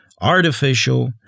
artificial